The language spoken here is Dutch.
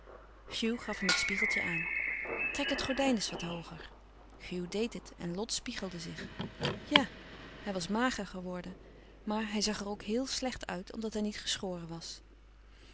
hugh gaf hem het spiegeltje aan trek het gordijn eens wat hooger hugh deed het en lot spiegelde zich ja hij was mager geworden maar hij zag er ook heel slecht uit omdat hij niet geschoren was